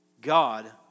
God